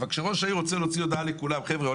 אבל כשראש העיר רוצה להוציא הודעה לכולם: "חבר'ה,